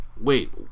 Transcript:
wait